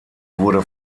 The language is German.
wurde